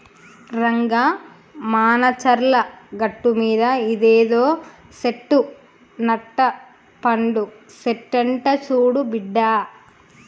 రంగా మానచర్ల గట్టుమీద ఇదేదో సెట్టు నట్టపండు సెట్టంట సూడు బిడ్డా